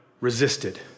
resisted